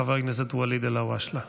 חבר הכנסת ואליד אלהואשלה.